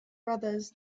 brothers